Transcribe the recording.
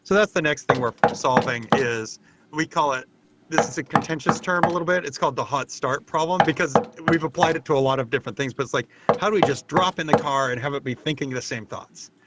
so that the next thing we're solving, is we call it this is a contentious term a little bit. it's called the hot start problem, because we've applied it to a lot of different things, but it's like how do we just drop in the car and have it be thinking the same thoughts?